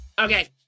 Okay